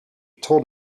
told